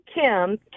Kim